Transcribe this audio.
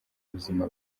buzima